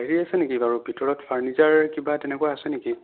হেৰি আছে নেকি বাৰু ভিতৰত ফাৰ্ণিচাৰ কিবা তেনেকুৱা আছে নেকি